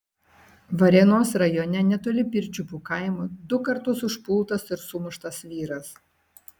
varėnos rajone netoli pirčiupių kaimo du kartus užpultas ir sumuštas vyras